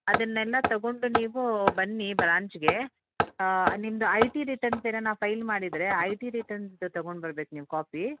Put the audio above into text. ಅದನ್ನೆಲ್ಲ ತೊಗೊಂಡು ನೀವು ಬನ್ನಿ ಬ್ರ್ಯಾಂಚ್ಗೆ ನಿಮ್ಮದು ಐ ಟಿ ರಿಟರ್ನ್ಸ್ ಏನಾನ ಫೈಲ್ ಮಾಡಿದ್ದರೆ ಐ ಟಿ ರಿಟರ್ನ್ಸ್ ತೊಗೊಂಡು ಬರ್ಬೇಕು ನೀವು ಕಾಪಿ